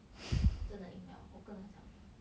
真的赢 liao 我跟他讲